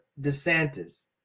DeSantis